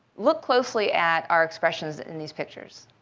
look closely at our expressions in these pictures.